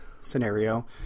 scenario